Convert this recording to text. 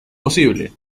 posible